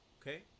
Okay